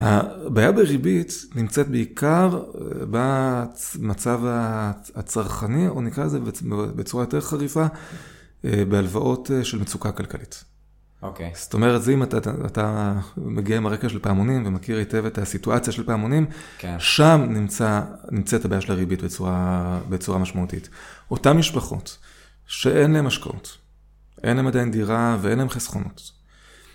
הבעיה בריבית נמצאת בעיקר במצב הצרכני, או נקרא לזה בצורה יותר חריפה, בהלוואות של מצוקה כלכלית. (אוקיי) זאת אומרת, זה אם אתה מגיע עם הרקע של פעמונים, ומכיר היטב את הסיטואציה של פעמונים, (כן) שם נמצא... נמצאת הבעיה של הריבית בצורה... בצורה משמעותית. אותן משפחות שאין להם השקעות, אין להם עדיין דירה ואין להם חסכונות